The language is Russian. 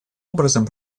образом